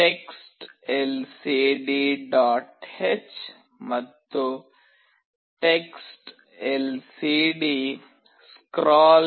h ಮತ್ತು TextLCDScroll